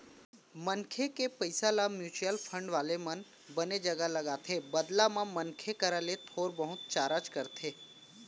मनसे के पइसा ल म्युचुअल फंड वाले मन बने जघा लगाथे बदला म मनसे करा ले थोर बहुत चारज करथे